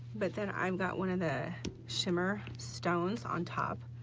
but then i've got one of the shimmer stones on top,